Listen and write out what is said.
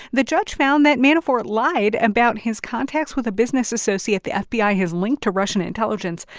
the judge found that manafort lied about his contacts with a business associate the fbi ah has linked to russian intelligence.